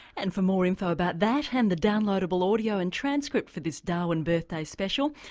and for more info about that, and the downloadable audio and transcript for this darwin birthday special.